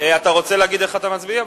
אתה יכול להגיד איך אתה מצביע?